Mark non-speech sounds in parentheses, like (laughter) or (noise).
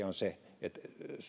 (unintelligible) on se että